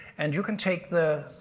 and you can take the.